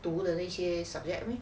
读了那些 subject